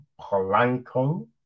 Polanco